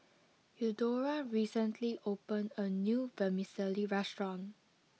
Eudora recently opened a new Vermicelli restaurant